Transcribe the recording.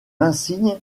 insigne